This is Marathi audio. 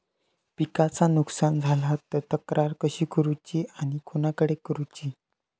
पिकाचा नुकसान झाला तर तक्रार कशी करूची आणि कोणाकडे करुची?